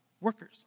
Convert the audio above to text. workers